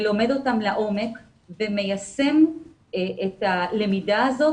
לומד אותם לעומק ומיישם את הלמידה הזאת